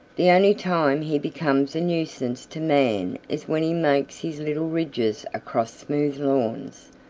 the only time he becomes a nuisance to man is when he makes his little ridges across smooth lawns.